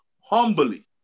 humbly